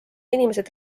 inimesed